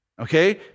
Okay